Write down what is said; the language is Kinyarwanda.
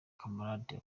camarade